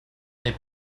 n’ai